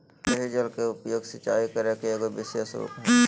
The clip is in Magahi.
सतही जल के उपयोग, सिंचाई करे के एगो विशेष रूप हइ